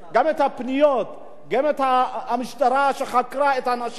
גם את המשטרה שחקרה את האנשים שהסיתו לגזענות,